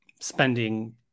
spending